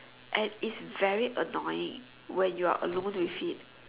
and it's very annoying when you are alone with it